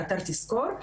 באתר תזכור,